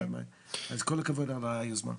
אז כל הכבוד על היוזמה.